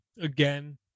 again